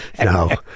No